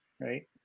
right